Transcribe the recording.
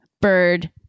Bird